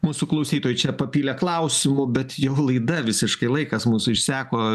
mūsų klausytojai čia papylė klausimų bet jau laida visiškai laikas mūsų išseko